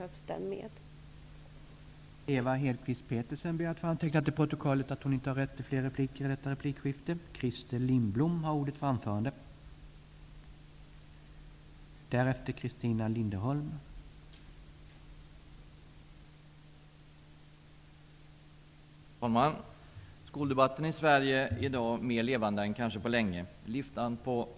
Petersen anhållit att till protokollet få antecknat att hon inte ägde rätt till ytterligare replik.